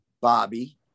Bobby